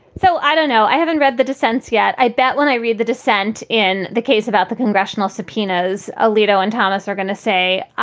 so i don't know. i haven't read the dissents yet. i bet when i read the dissent in the case about the congressional subpoenas, alito and thomas are going to say,